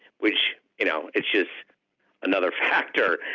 which you know is just another factor.